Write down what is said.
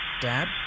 Dad